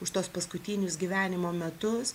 už tuos paskutinius gyvenimo metus